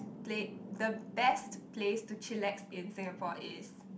plate the best place to chillax in Singapore is